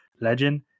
legend